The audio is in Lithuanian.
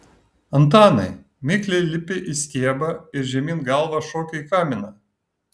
antanai mikliai lipi į stiebą ir žemyn galva šoki į kaminą